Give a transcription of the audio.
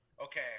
okay